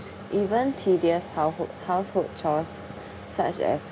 even tedious household household chores such as